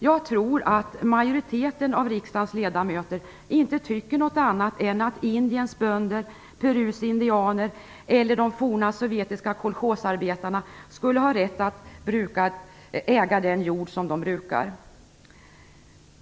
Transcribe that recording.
Jag tror att majoriteten av riksdagens ledamöter inte tycker något annat än att Indiens bönder, Perus indianer eller de tidigare sovjetiska kolchosarbetarna skulle ha rätt att äga den jord som de brukar.